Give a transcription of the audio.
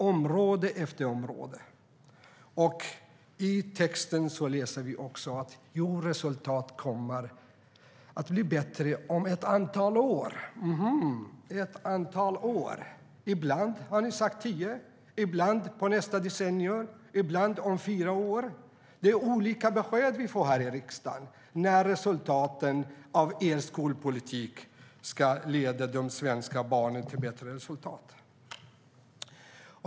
I interpellationssvaret läser vi också att resultaten kommer att bli bättre om ett antal år. Jaha - om ett antal år. Ibland har ni sagt tio år, ibland har ni sagt under nästa decennium och ibland har ni sagt fyra år. Vi här i riksdagen får olika besked om när resultaten av er skolpolitik ska leda de svenska barnen till bättre resultat.